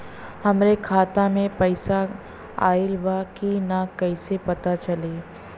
हमरे खाता में पैसा ऑइल बा कि ना कैसे पता चली?